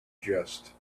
just